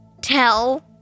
tell